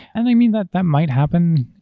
and i mean that that might happen,